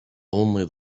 only